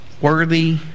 worthy